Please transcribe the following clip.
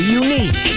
unique